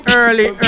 early